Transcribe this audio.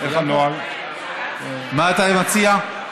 מה אתה מציע,